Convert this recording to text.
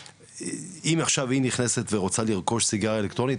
אם עכשיו היא נכנסת ורוצה לרכוש סיגריה אלקטרונית,